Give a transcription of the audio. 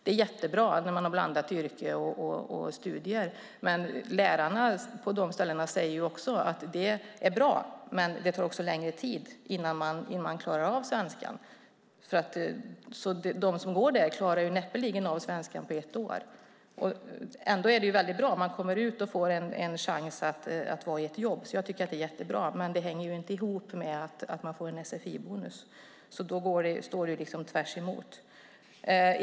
Det är jättebra när man har blandat yrkesliv och studier. Men lärarna på de ställena säger att det är bra men att det också tar längre tid innan man klarar av svenskan. De som går där klarar näppeligen av svenskan på ett år. Ändå är det väldigt bra. Man kommer ut och får en chans att arbeta. Det är jättebra, men det hänger inte ihop med att man får en sfi-bonus. Då står det tvärsemot.